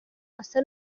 asa